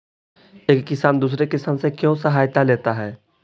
एक किसान दूसरे किसान से क्यों सहायता लेता है?